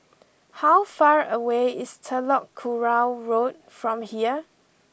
how far away is Telok Kurau Road from here